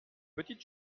petite